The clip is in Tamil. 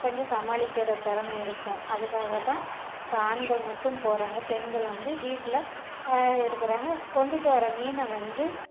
கொஞ்சம் சமாளிக்கிற திறமை இருக்கும் அதுக்காக தான் இப்போ ஆண்கள் மட்டும் போகிறாங்க பெண்கள் வந்து வீட்டில் இருக்கிறாங்க கொண்டுட்டு வர மீனை வந்து